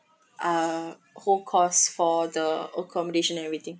uh whole costs for the accommodation and everything